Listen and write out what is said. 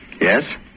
Yes